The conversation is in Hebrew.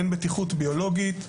אין בטיחות ביולוגית,